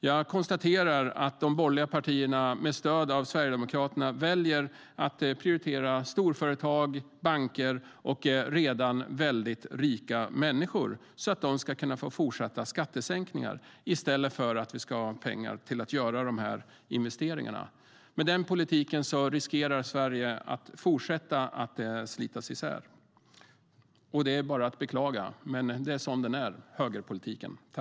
Jag konstaterar att de borgerliga partierna, med stöd av Sverigedemokraterna, väljer att prioritera storföretag, banker och redan rika människor så att de kan fortsätta att få skattesänkningar i stället för att få pengar till dessa investeringar. Med den politiken riskerar Sverige att fortsätta att slitas isär. Det är bara att beklaga, men sådan är högerpolitiken.